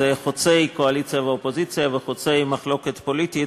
חוצי קואליציה ואופוזיציה וחוצי מחלוקת פוליטית,